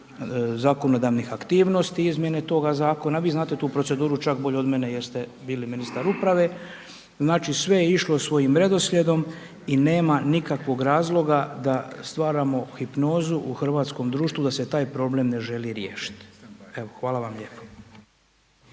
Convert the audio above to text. zakonodavnih aktivnosti izmjene toga zakona, vi znate tu proceduru čak bolje od mene jer ste bili ministar uprave, znači sve je išlo svojim redoslijedom i nema nikakvog razloga da stvaramo hipnozu u hrvatskom društvu da se taj problem ne želi riješiti. Eto, hvala vam lijepo.